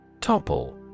Topple